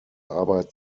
arbeit